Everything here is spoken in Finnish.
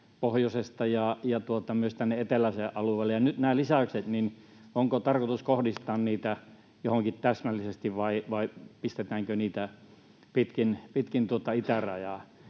pohjoisesta tänne eteläiselle alueelle. Onko näitä lisäyksiä nyt tarkoitus kohdistaa johonkin täsmällisesti, vai pistetäänkö niitä pitkin itärajaa?